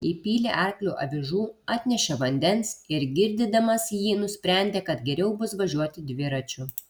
įpylė arkliui avižų atnešė vandens ir girdydamas jį nusprendė kad geriau bus važiuoti dviračiu